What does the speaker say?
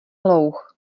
louh